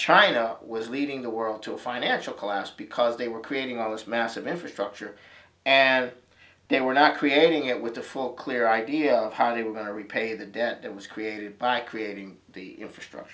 china was leading the world to a financial collapse because they were creating all this massive infrastructure and they were not creating it with the full clear idea of how they were going to repay the debt that was created by creating the infrastructure